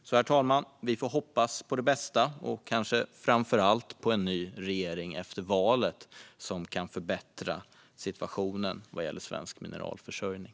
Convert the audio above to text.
Därför, herr talman, får vi hoppas på det bästa och kanske framför allt på en ny regering efter valet, en regering som kan förbättra situationen vad gäller svensk mineralförsörjning.